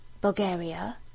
Bulgaria